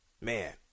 man